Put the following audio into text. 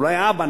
אולי האבא,